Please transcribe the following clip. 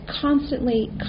constantly